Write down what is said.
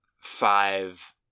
five